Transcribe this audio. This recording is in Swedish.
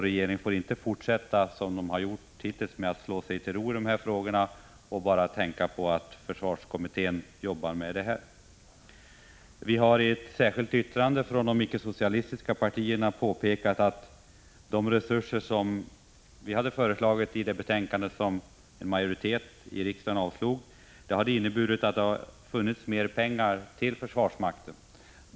Regeringen får inte fortsätta, som den har gjort hittills, att slå sig till ro i de här frågorna med hänvisning till att försvarskommittén arbetar med dem. Vi har i ett särskilt yttrande från de icke-socialistiska partierna påpekat att ett bifall till vårt tidigare förslag om mer resurser — som en majoritet i riksdagen avslog — hade inneburit att det hade funnits mer pengar till försvarsmakten.